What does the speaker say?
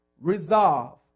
Resolve